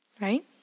Right